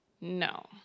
no